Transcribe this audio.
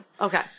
Okay